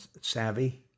Savvy